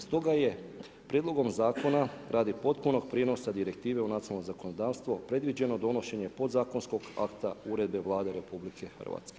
Stoga je prijedlogom zakona, radi potpunog prijenosa direktive u nacionalno zakonodavstvo, predviđeno donošenje podzakonskog akta, uredbe Vlade RH.